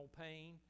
pain